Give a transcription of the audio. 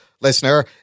listener